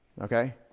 Okay